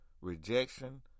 rejection